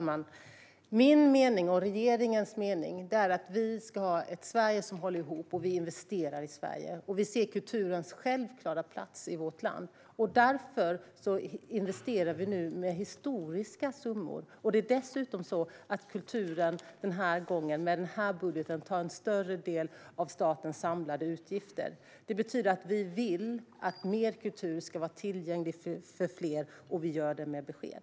Herr talman! Min och regeringens mening är att vi ska ha ett Sverige som håller ihop. Vi investerar i Sverige, och vi ser kulturens självklara plats i vårt land. Därför investerar vi nu historiskt stora summor. Det är dessutom så att kulturen denna gång - med denna budget - tar en större del av statens samlade utgifter. Det betyder att vi vill att mer kultur ska vara tillgänglig för fler, och vi gör detta med besked.